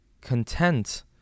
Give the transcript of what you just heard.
content